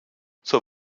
zur